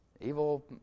evil